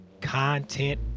content